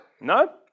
No